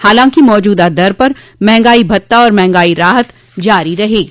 हालांकि मौजूदा दर पर मंहगाई भत्ता और मंहगाई राहत जारी रहेगी